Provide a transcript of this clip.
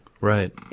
Right